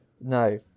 No